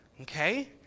Okay